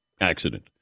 accident